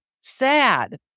sad